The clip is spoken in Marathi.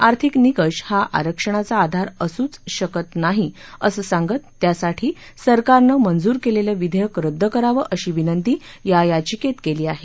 आर्थिक निकष हा आरक्षणाचा आधार असूच शकत नाही असं सांगत त्यासाठी सरकारनं मंजूर केलेलं विधेयक रद्द करावं अशी विनंती या याचिकेत केली आहे